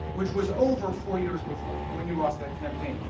which was over four years before when you lost that campaign.